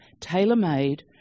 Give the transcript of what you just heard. tailor-made